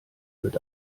wird